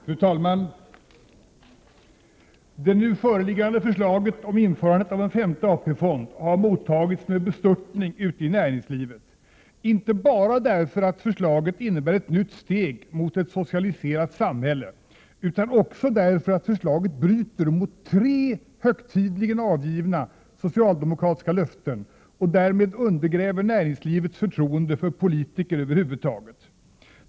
Fru talman! Det nu föreliggande förslaget om införandet av en femte AP-fond har mottagits med bestörtning ute i näringslivet, inte bara därför att förslaget innebär ett nytt steg mot ett socialiserat samhälle, utan också därför att förslaget bryter mot tre högtidligen avgivna socialdemokratiska löften och därmed undergräver näringslivets förtroende för politiker över huvud taget.